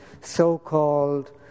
so-called